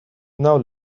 now